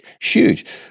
huge